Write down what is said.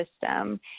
system